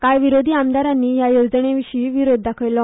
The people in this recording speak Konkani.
कांय विरोधी आमदारानी ह्या येवजणेविशी विरोध दाखयलो